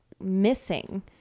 missing